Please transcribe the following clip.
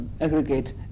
aggregate